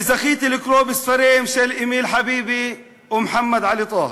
וזכיתי לקרוא בספריהם של אמיל חביבי ומוחמד עלי טאהא,